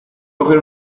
coger